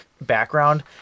background